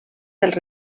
dels